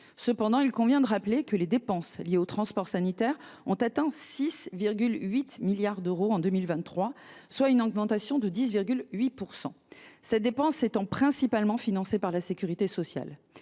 Rappelons cependant que les dépenses liées au transport sanitaire ont atteint 6,8 milliards d’euros en 2023, soit une augmentation de 10,8 %, et qu’elles sont principalement financées par la sécurité sociale.